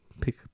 pick